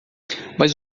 mas